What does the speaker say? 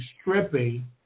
stripping